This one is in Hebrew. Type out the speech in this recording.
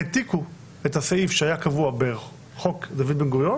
העתיקו את הסעיף שהיה קבוע בחוק דוד בן-גוריון